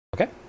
Okay